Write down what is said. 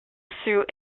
through